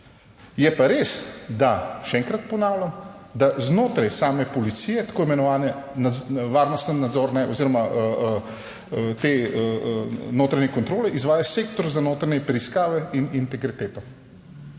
Je pa res, da, še enkrat ponavljam, da znotraj same policije tako imenovane varnostno-nadzorne oziroma te notranje kontrole izvaja Sektor za notranje preiskave in integriteto,